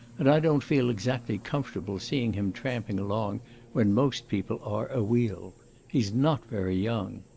and i don't feel exactly comfortable seeing him tramping along when most people are awheel. he's not very young.